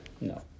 No